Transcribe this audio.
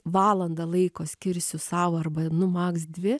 valandą laiko skirsiu sau arba nu maks dvi